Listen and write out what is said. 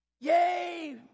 Yay